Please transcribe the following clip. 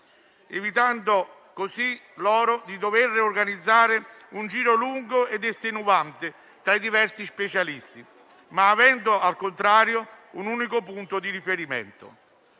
evitando così loro di dover organizzare un giro lungo ed estenuante tra i diversi specialisti, e avendo al contrario un unico punto di riferimento.